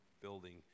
building